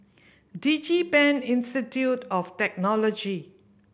DigiPen Institute of Technology